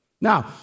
Now